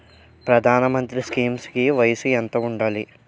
ప్రధాన మంత్రి స్కీమ్స్ కి వయసు ఎంత ఉండాలి?